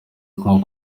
kunywa